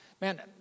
man